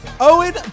Owen